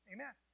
Amen